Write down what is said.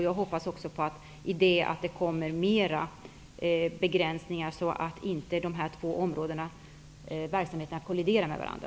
Jag hoppas också att det kommer fler begränsningar, så att dessa två verksamheter kolliderar med varandra.